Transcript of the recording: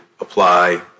apply